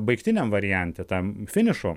baigtiniam variante tam finišo